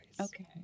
Okay